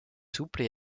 souple